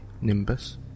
nimbus